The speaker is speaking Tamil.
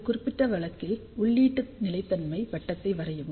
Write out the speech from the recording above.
இந்த குறிப்பிட்ட வழக்கில் உள்ளீட்டு நிலைத்தன்மை வட்டத்தை வரையவும்